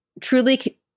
truly